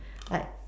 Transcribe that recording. like